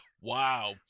Wow